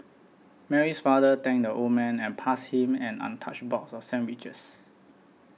Mary's father thanked the old man and passed him an untouched box of sandwiches